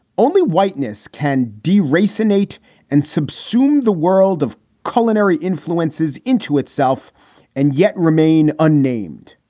only whiteness can deracinated and subsume the world of culinary influences into itself and yet remain unnamed.